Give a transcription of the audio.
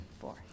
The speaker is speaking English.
four